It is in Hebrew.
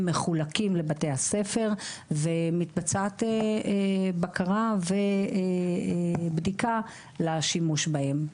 הם מחולקים לבתי הספר ומתבצעת בקרה ובדיקה לשימוש בהם.